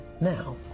now